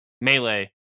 melee